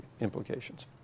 implications